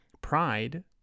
pride